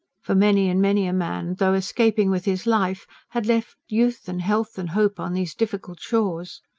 for many and many a man, though escaping with his life, had left youth and health and hope on these difficult shores.